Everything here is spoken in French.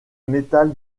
métal